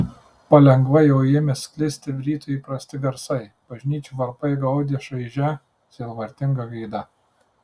palengva jau ėmė sklisti rytui įprasti garsai bažnyčių varpai gaudė šaižia sielvartinga gaida